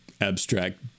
abstract